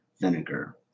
Vinegar